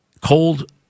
cold